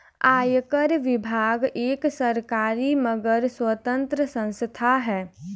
आयकर विभाग एक सरकारी मगर स्वतंत्र संस्था है